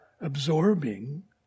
absorbing